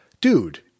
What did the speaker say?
dude